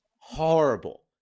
horrible